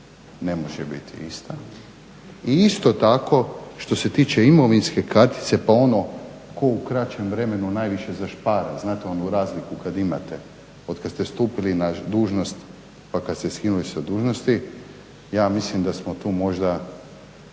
ne može biti ista. I isto tako što se tiče imovinske kartice pa ono tko u kraćem vremenu najviše zašpara, znate onu razliku kad imate otkad ste stupili na dužnost pa kad ste skinuti sa dužnosti, ja mislim da smo tu možda